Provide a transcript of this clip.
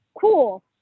cool